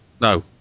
No